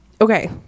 okay